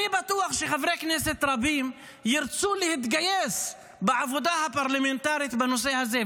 אני בטוח שחברי כנסת רבים ירצו להתגייס בעבודה הפרלמנטרית בנושא הזה.